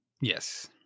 Yes